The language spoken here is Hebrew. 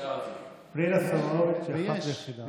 פנינה סולומוביץ היא אחת ויחידה.